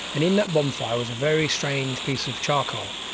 and in that bonfire was a very strange piece of charcoal,